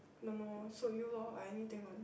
don't know suit you lor I anything one